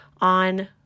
on